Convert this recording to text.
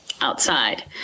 outside